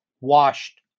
washed